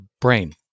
brain